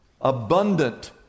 Abundant